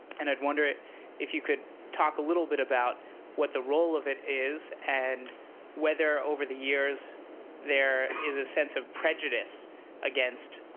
and i'd wonder if you could talk a little bit about what the role of it is and whether over the years there is a sense of prejudice against